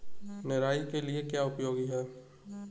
निराई के लिए क्या उपयोगी है?